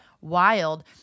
wild